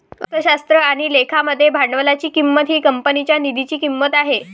अर्थशास्त्र आणि लेखा मध्ये भांडवलाची किंमत ही कंपनीच्या निधीची किंमत आहे